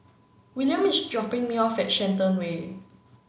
William is dropping me off at Shenton Way